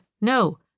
No